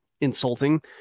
insulting